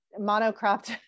monocropped